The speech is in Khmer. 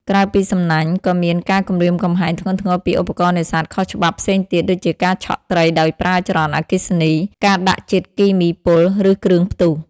ក្រៅពីសំណាញ់ ក៏មានការគំរាមកំហែងធ្ងន់ធ្ងរពីឧបករណ៍នេសាទខុសច្បាប់ផ្សេងទៀត ដូចជាការឆក់ត្រីដោយប្រើចរន្តអគ្គិសនី ការដាក់ជាតិគីមីពុល ឬគ្រឿងផ្ទុះ។